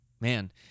Man